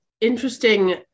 interesting